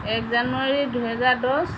এক জানুৱাৰী দুহেজাৰ দহ